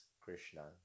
Krishna